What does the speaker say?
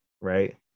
Right